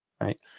right